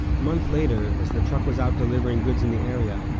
a month later, as the truck was out delivering goods in the area,